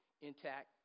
intact